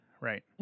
Right